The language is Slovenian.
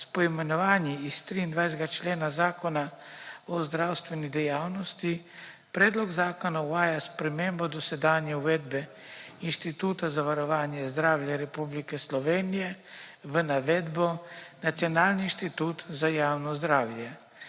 s poimenovanji iz 23. člena Zakona o zdravstveni dejavnosti, predlog zakona uvaja spremembo dosedanje uvedbe inštituta zavarovanje zdravja Republike Slovenije, v navedbo Nacionalni inštitut za javnost zdravje.